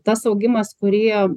tas augimas kurį